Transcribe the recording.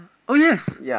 oh yes